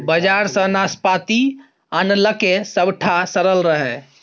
बजार सँ नाशपाती आनलकै सभटा सरल रहय